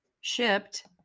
shipped